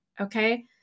Okay